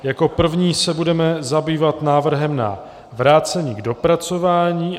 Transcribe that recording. Jako první se budeme zabývat návrhem na vrácení k dopracování.